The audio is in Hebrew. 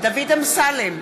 דוד אמסלם,